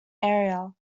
area